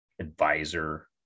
advisor